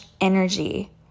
energy